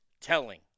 telling